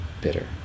bitter